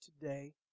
today